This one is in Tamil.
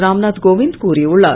ராம்நாத் கோவிந்த் கூறியுள்ளார்